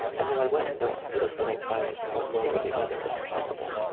and though i went north with as little bias one way or the other as possible,